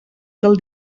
del